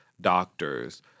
doctors